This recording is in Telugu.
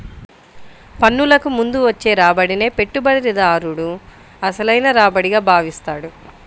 పన్నులకు ముందు వచ్చే రాబడినే పెట్టుబడిదారుడు అసలైన రాబడిగా భావిస్తాడు